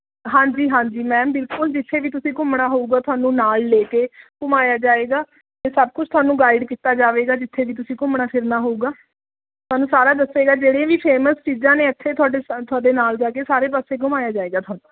ਹਾਂਜੀ ਹਾਂਜੀ ਮੈਮ ਬਿਲਕੁਲ ਜਿੱਥੇ ਵੀ ਤੁਸੀਂ ਘੁੰਮਣਾ ਹੋਊਗਾ ਤੁਹਾਨੂੰ ਨਾਲ ਲੈ ਕੇ ਘੁੰਮਾਇਆ ਜਾਏਗਾ ਅਤੇ ਸਭ ਕੁੱਝ ਤੁਹਾਨੂੰ ਗਾਈਡ ਕੀਤਾ ਜਾਵੇਗਾ ਜਿੱਥੇ ਵੀ ਤੁਸੀਂ ਘੁੰਮਣਾ ਫਿਰਨਾ ਹੋਊਗਾ ਤੁਹਾਨੂੰ ਸਾਰਾ ਦੱਸੇਗਾ ਜਿਹੜੇ ਵੀ ਫੇਮਸ ਚੀਜ਼ਾਂ ਨੇ ਇਥੇ ਤੁਹਾਡੇ ਤੁਹਾਡੇ ਨਾਲ ਜਾ ਕੇ ਸਾਰੇ ਪਾਸੇ ਘੁੰਮਾਇਆ ਜਾਏਗਾ ਤੁਹਾਨੂੰ